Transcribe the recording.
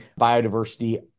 biodiversity